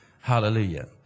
Hallelujah